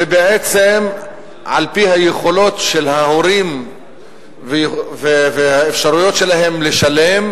ובעצם על-פי היכולת של ההורים והאפשרויות שלהם לשלם,